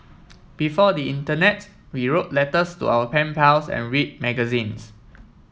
before the internet we wrote letters to our pen pals and read magazines